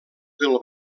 del